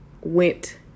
went